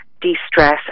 de-stress